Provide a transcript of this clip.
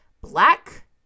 Black